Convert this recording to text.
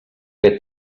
que